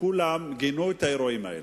וכולם גינו את האירועים האלה.